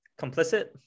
complicit